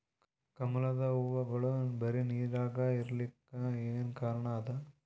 ಕಮಲದ ಹೂವಾಗೋಳ ಬರೀ ನೀರಾಗ ಇರಲಾಕ ಏನ ಕಾರಣ ಅದಾ?